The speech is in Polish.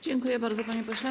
Dziękuję bardzo, panie pośle.